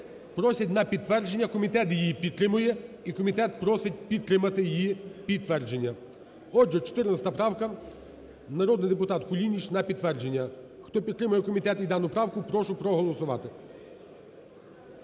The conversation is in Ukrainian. просять на підтвердження, комітет її підтримує, і комітет просить підтримати її підтвердження. Отже, 14 правка, народний депутат Кулініч, на підтвердження. Хто підтримує комітет і дану правку, про проголосувати.